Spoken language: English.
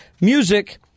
music